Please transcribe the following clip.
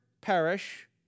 perish